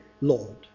Lord